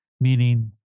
Meaning